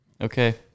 Okay